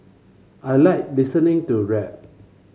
I like listening to rap